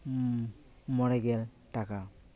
ᱢᱚ ᱢᱚᱬᱮ ᱜᱮᱞ ᱴᱟᱠᱟ